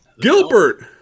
Gilbert